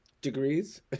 degrees